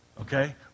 okay